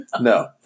No